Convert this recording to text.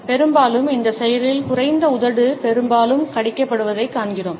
பெரும்பாலும் இந்த செயலில் உதடு பெரும்பாலும் கடிக்கப்படுவதைக் காண்கிறோம்